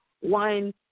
one